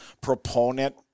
proponent